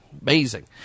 amazing